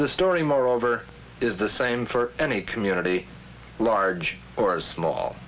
the story moreover is the same for any community large or small